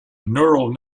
neural